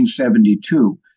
1972